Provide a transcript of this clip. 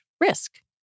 risk